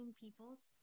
peoples